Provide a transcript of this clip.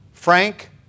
Frank